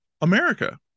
america